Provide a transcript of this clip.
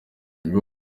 nibwo